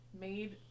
made